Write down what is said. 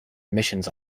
admissions